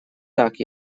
так